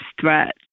threat